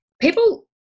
people